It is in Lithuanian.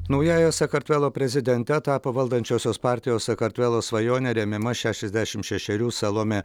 naująja sakartvelo prezidente tapo valdančiosios partijos sakartvelo svajonė remiama šešiasdešimt šešerių salomė